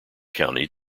county